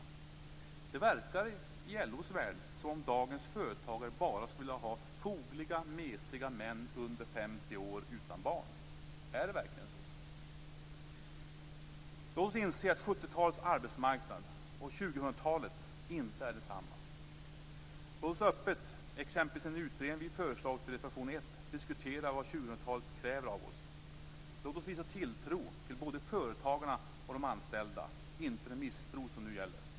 I LO:s värld verkar det som om dagens företagare bara skulle vilja ha fogliga, mesiga män under 50 år utan barn. Är det verkligen så? Låt oss inse att 70-talets arbetsmarknad och 2000 talets inte är densamma. Låt oss öppet, t.ex. i den utredning vi föreslagit i reservation 1, diskutera vad 2000-talet kräver av oss! Låt oss visa tilltro till både företagarna och de anställda och inte den misstro som nu gäller.